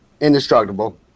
Indestructible